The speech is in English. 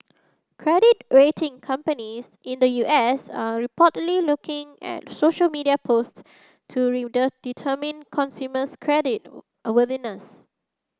credit rating companies in the U S are reportedly looking at social media posts to determine consumer's credit worthiness